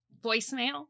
Voicemail